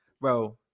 bro